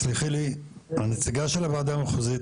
תסלחי לי הנציגה של הוועדה המחוזית,